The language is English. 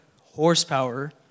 horsepower